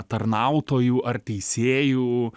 tarnautojų ar teisėjų